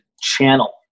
channel